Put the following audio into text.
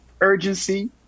urgency